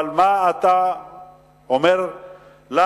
אבל מה אתה אומר לנו?